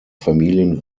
familien